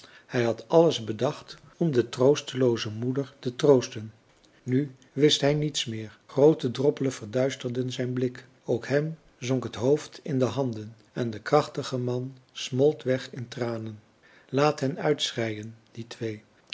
hij had alles bedacht om de troosfrançois haverschmidt familie en kennissen telooze moeder te troosten nu wist hij niets meer groote droppelen verduisterden zijn blik ook hèm zonk het hoofd in de handen en de krachtige man smolt weg in tranen laat hen uitschreien die twee